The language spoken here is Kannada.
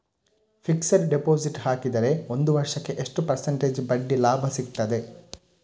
ಫಿಕ್ಸೆಡ್ ಡೆಪೋಸಿಟ್ ಹಾಕಿದರೆ ಒಂದು ವರ್ಷಕ್ಕೆ ಎಷ್ಟು ಪರ್ಸೆಂಟೇಜ್ ಬಡ್ಡಿ ಲಾಭ ಸಿಕ್ತದೆ?